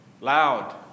loud